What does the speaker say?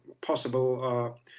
possible